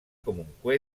comunque